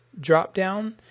dropdown